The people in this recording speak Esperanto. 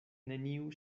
neniu